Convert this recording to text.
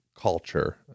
culture